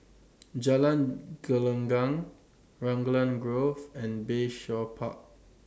Jalan Gelenggang Raglan Grove and Bayshore Park